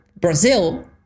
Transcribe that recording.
Brazil